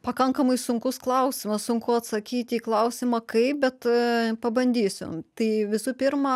pakankamai sunkus klausimas sunku atsakyti į klausimą kaip bet pabandysiu tai visų pirma